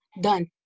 done